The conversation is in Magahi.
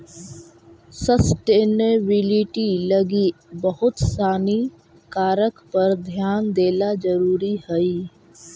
सस्टेनेबिलिटी लगी बहुत सानी कारक पर ध्यान देला जरुरी हई